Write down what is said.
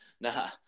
nah